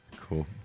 Cool